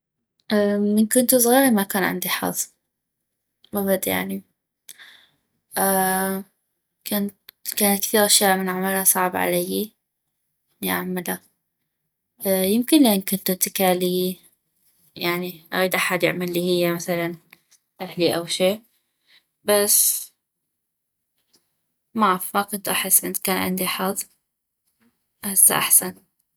من كنتو زغيغي ما كان عندي حظ ابد يعني كانت كثيغ أشياء من اعملا صعبي عليي اني اعملا يمكن لان كنتو اتكاليي يعني اغيد احد يعملي هي يعني مثلاً اهلي او شي بس معف ما كنتو احس كان عندي حظ هسه احسن